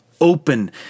open